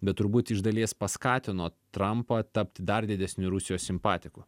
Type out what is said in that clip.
bet turbūt iš dalies paskatino trampą tapti dar didesniu rusijos simpatiku